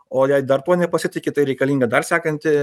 o dar tuo nepasitiki tai reikalinga dar sekanti